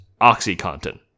OxyContin